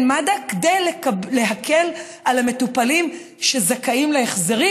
מד"א כדי להקל על המטופלים שזכאים להחזרים,